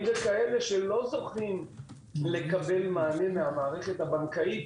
אם זה כאלה שלא זוכים לקבל מענה מהמערכת הבנקאית